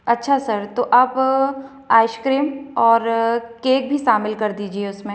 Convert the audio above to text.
अच्छा सर तो अब आइसक्रीम और केक भी शामिल कर दीजिए उसमें